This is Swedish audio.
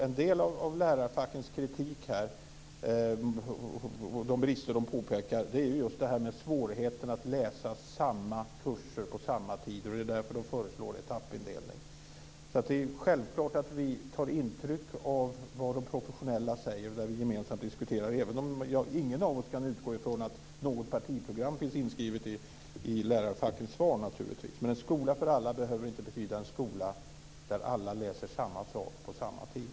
En del av lärarfackens kritik angående brister gäller just svårigheten att läsa samma kurser på samma tid. Det är därför de föreslår etappindelning. Det är självklart att vi tar intryck av vad de professionella säger i det vi diskuterar gemensamt. Ingen av oss kan utgå från att något partiprogram är inskrivet i lärarfackens svar. En skola för alla behöver inte betyda en skola där alla läser samma sak på samma tid.